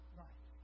right